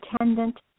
attendant